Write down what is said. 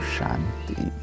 Shanti